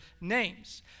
names